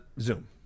Zoom